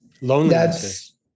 Loneliness